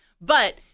But-